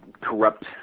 corrupt